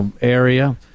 area